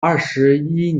二十一